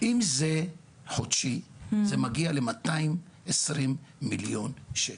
אם זה חודשי, זה מגיע למאתיים עשרים מיליון שקל.